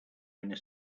owner